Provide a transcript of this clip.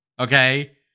Okay